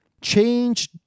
change